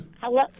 Hello